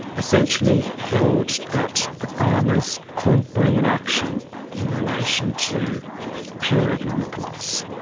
essentially held that the farmers couldn't bring an action in relation to ah pure economic loss.